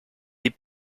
des